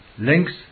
links